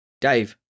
Dave